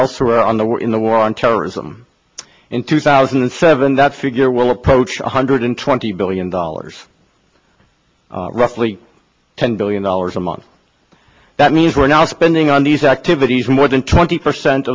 elsewhere on the war in the war on terrorism in two thousand and seven that figure will approach one hundred twenty billion dollars roughly ten billion dollars a month that means we're now spending on these activities more than twenty percent